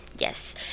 Yes